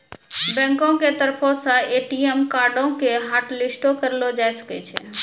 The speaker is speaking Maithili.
बैंको के तरफो से ए.टी.एम कार्डो के हाटलिस्टो करलो जाय सकै छै